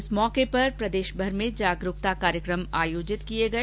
इस अवसर पर प्रदेशभर में जागरूकता कार्यकम आयोजित किए गए